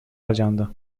harcandı